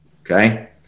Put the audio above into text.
okay